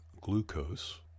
glucose